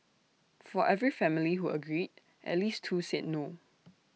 for every family who agreed at least two said no